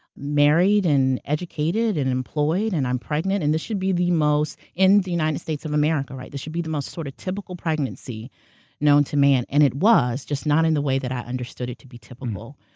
married and educated and employed and i'm pregnant, and this should be the most, in the united states of america, right, this should be the most sort of typical pregnancy known to man, and it was, just not in the way that i understood it to be typical.